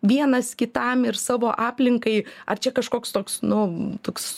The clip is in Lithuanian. vienas kitam ir savo aplinkai ar čia kažkoks toks nu toks